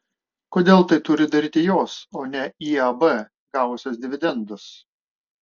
kodėl tai turi daryti jos o ne iab gavusios dividendus